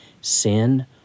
sin